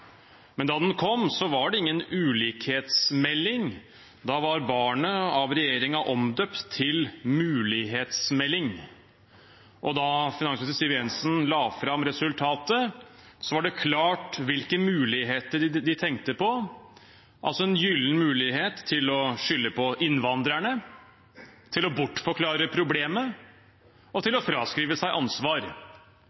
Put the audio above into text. Men da den kom, var det ingen ulikhetsmelding. Da var barnet av regjeringen omdøpt til mulighetsmelding. Og da finansminister Siv Jensen la fram resultatet, var det klart hvilke muligheter de tenkte på: en gyllen mulighet til å skylde på innvandrerne, til å bortforklare problemet og til